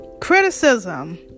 criticism